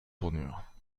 tournure